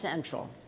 central